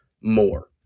more